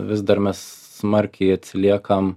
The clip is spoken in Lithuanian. vis dar mes smarkiai atsiliekam